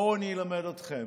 בואו אני אלמד אתכם.